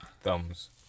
Thumbs